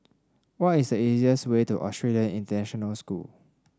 what is the easiest way to Australian International School